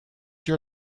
your